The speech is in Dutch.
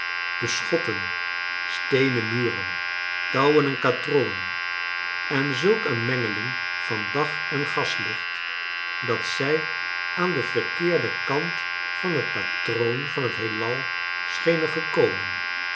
beschotten steenen muren touwen en katrollen en zulk een mengcling van dag en gaslicht dat zij aan den verkeerden kant van het patroon van het heelal schenen gekomen